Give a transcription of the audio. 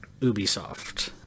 ubisoft